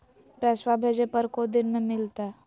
पैसवा भेजे पर को दिन मे मिलतय?